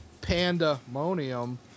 pandemonium